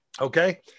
Okay